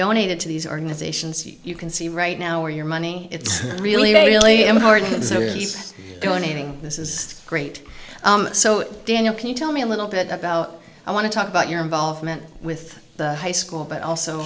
donated to these organizations you can see right now where your money it's really really important to anything this is great so daniel can you tell me a little bit about i want to talk about your involvement with the high school but also